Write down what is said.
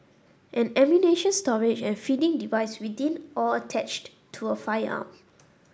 an ammunition storage and feeding device within or attached to a firearm